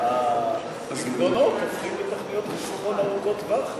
החלומות הופכים לתוכניות ארוכות טווח.